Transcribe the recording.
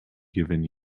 given